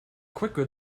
quicker